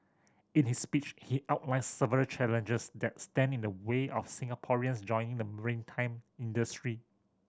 in his speech he outlined several challenges that stand in the way of Singaporeans joining the maritime industry